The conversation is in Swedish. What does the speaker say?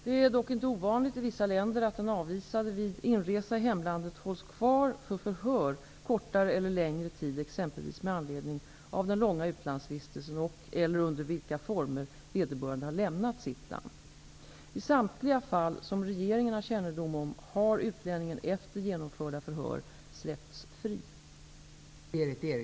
Det är dock inte ovanligt i vissa länder att den avvisade vid inresa i hemlandet hålls kvar för förhör, kortare eller längre tid, exempelvis med anledning av den långa utlandsvistelsen och/eller under vilka former vederbörande har lämnat sitt hemland. I samtliga fall som regeringen har kännedom om har utlänningen efter genomförda förhör släppts fri.